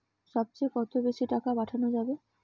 সব চেয়ে কত বেশি টাকা পাঠানো যাবে?